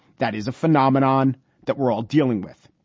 that is a phenomenon that we're all dealing with.